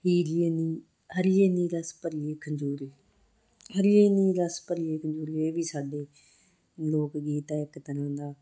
ਹੀਰੀਏ ਨੀ ਰਹੀਏ ਨੀ ਰਸ ਭਰੀਏ ਖਜ਼ੂਰੇ ਰਹੀਏ ਨੀ ਰਸ ਭਰੀਏ ਖਜ਼ੂਰੇ ਇਹ ਵੀ ਸਾਡੇ ਲੋਕ ਗੀਤ ਹੈ ਇੱਕ ਤਰ੍ਹਾਂ ਦਾ